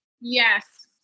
yes